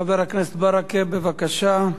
חבר הכנסת מוחמד ברכה, בבקשה.